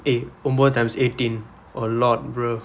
eh ஒன்பது:onbathu times eighteen a lot bro